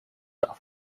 auf